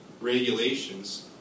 regulations